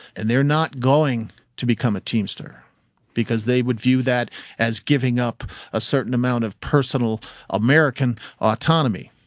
and they're not going to become a teamster because they would view that as giving up a certain amount of personal american autonomy.